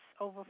over